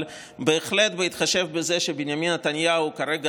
אבל בהחלט בהתחשב בזה שבנימין נתניהו כרגע